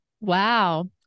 wow